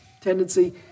tendency